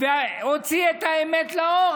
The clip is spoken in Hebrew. והוציא את האמת לאור.